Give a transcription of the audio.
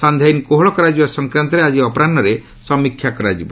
ସାନ୍ଧ୍ୟ ଆଇନ୍ କୋହଳ କରାଯିବା ସଂକ୍ରାନ୍ତରେ ଆଜି ଅପରାହୁରେ ସମୀକ୍ଷା କରାଯିବ